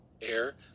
air